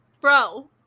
bro